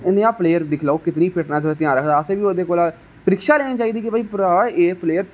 एह् नेहा प्लेयर दिक्खी लैओ केह् नेही फिटनस ओह रखदा असेंबी ओहदे कोला परीक्षा लैनी चाहिदी के भाई एह